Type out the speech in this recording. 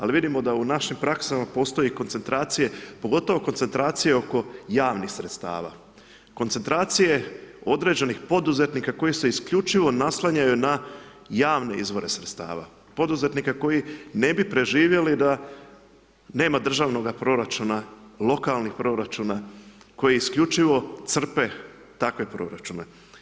Ali vidimo da u našim praksama postoji koncentracije, pogotovo koncentracije oko javnih sredstava, koncentracije određenih poduzetnika koji se isključivo naslanjaju na javne izvore sredstava, poduzetnika koji ne bi preživjeli da nema državnoga proračuna, lokalnih proračuna, koji isključivo crpe takve proračune.